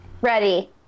Ready